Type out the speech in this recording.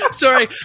sorry